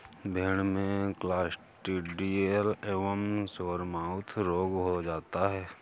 भेड़ में क्लॉस्ट्रिडियल एवं सोरमाउथ रोग हो जाता है